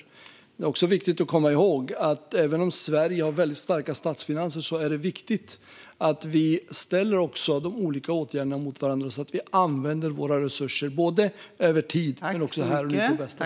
Men det är också viktigt att komma ihåg att även om Sverige har väldigt starka statsfinanser är det viktigt att ställa olika åtgärder mot varandra så att vi använder våra resurser både över tid och här och nu på bästa sätt.